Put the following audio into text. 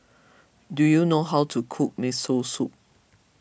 do you know how to cook Miso Soup